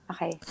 Okay